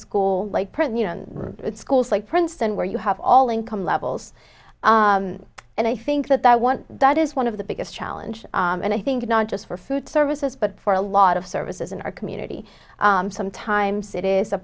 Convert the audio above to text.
school like prison in schools like princeton where you have all income levels and i think that that one that is one of the biggest challenge and i think not just for food services but for a lot of services in our community sometimes it is a